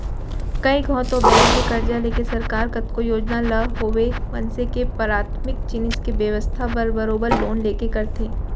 कइ घौं तो बेंक ले करजा लेके सरकार कतको योजना ल होवय मनसे के पराथमिक जिनिस के बेवस्था बर बरोबर लोन लेके करथे